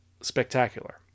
spectacular